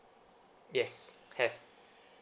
yes have